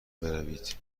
بروید